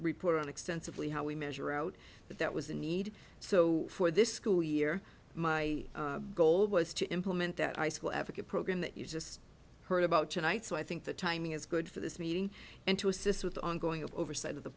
explore on extensively how we measure out but that was the need so for this school year my goal was to implement that icicle advocate program that you just heard about tonight so i think the timing is good for this meeting and to assist with ongoing oversight of the